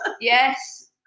Yes